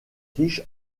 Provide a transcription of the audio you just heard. riche